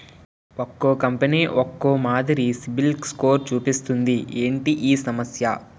ఒక్కో కంపెనీ ఒక్కో మాదిరి సిబిల్ స్కోర్ చూపిస్తుంది ఏంటి ఈ సమస్య?